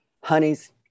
Honey's